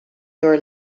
your